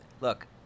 look